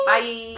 Bye